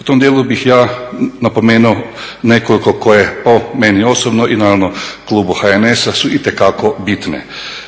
U tom djelu bih ja napomenuo nekoliko, koje po meni osobno i naravno klubu HNS-a su itekako bitne.